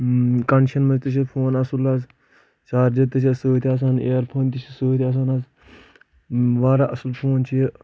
condition منٛز تہِ چھِ یہِ فون اَصٕل حظ چارجر تہِ چھ اَتھ سۭتۍ آسان اِیر فون تہِ چھِ سۭتۍ آسان اَتھ واراہ اَصٕل فون چھُ یہِ